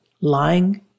lying